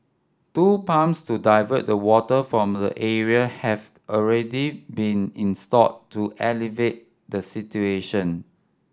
two pumps to divert the water from the area have already been installed to alleviate the situation